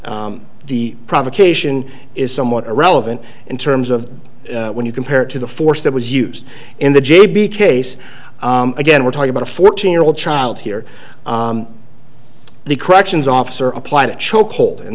that the provocation is somewhat irrelevant in terms of when you compare it to the force that was used in the j b case again we're talking about a fourteen year old child here the corrections officer apply a chokehold and